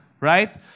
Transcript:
right